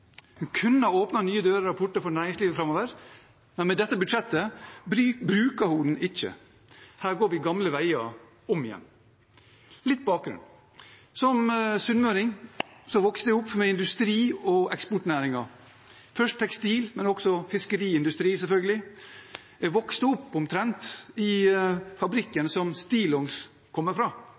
Hun kunne ha åpnet nye dører og porter for næringslivet framover, men med dette budsjettet bruker hun den ikke. Her går vi gamle veier om igjen. Litt bakgrunn: Som sunnmøring vokste jeg opp med industri og eksportnæringer, først tekstil, men også fiskeriindustri, selvfølgelig. Jeg vokste opp – omtrent – i fabrikken som stillongs kom fra.